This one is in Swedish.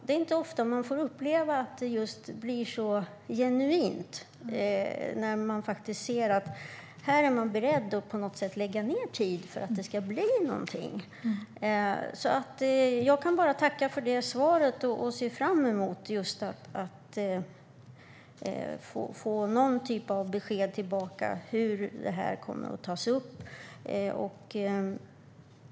Det är inte ofta vi får uppleva att det just blir så genuint och att vi faktiskt ser att man är beredd att lägga ned tid för att det ska bli någonting. Jag kan alltså bara tacka för svaret. Jag ser fram emot att få någon typ av besked om hur detta kommer att tas upp.